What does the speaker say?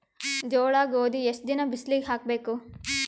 ಜೋಳ ಗೋಧಿ ಎಷ್ಟ ದಿನ ಬಿಸಿಲಿಗೆ ಹಾಕ್ಬೇಕು?